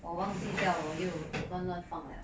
我忘记掉我又乱乱放 leh